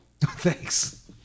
thanks